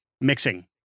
mixing